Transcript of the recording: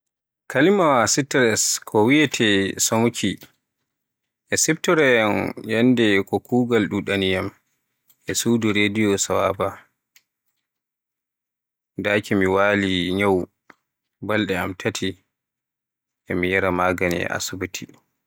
Kalimaawa stress ko wiyeete "somuuki" e siftoroy yane yannde ko kugaal dudaniyaam e suudu rediyo Sawaba, daaki mi wali nyawu, balde am tati e mi yaara magani e asibiti.